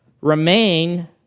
remain